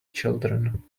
children